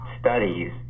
studies